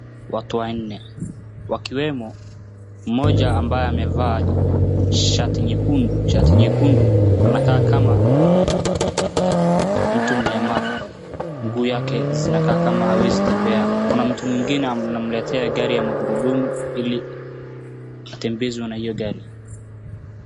Watu wanne wakiwemo mmoja ambaye amevaa shati nyekundu anakaa kama mtu mlemavu mguu yake zinakaa ni kama hawezi tembea kuna mtu mwingine anamletea gari ya magurudumu ili atembezwe na hiyo gari .